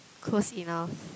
close enough